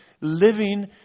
living